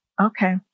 Okay